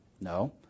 No